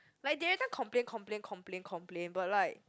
like they everytime complain complain complain complain but like